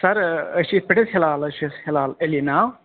سَر أسۍ چھِ یِتھ پٲٹھۍ حظ ہِلال حظ چھِ ہِلال علی ناو